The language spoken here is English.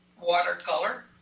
watercolor